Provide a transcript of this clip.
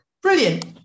brilliant